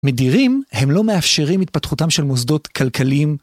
מדירים הם לא מאפשרים התפתחותם של מוסדות כלכליים.